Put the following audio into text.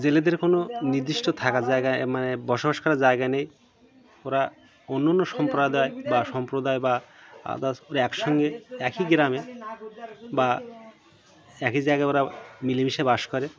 জেলেদের কোনো নির্দিষ্ট থাকা জায়গায় মানে বসবাস করা জায়গা নেই ওরা অন্য অন্য সম্প্রদায় বা সম্প্রদায় বা ওরা একসঙ্গে একই গ্রামে বা একই জায়গায় ওরা মিলেমিশে বাস করে